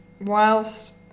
whilst